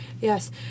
Yes